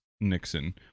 Nixon